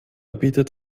bietet